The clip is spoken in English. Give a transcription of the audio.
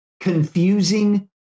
confusing